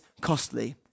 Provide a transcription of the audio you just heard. costly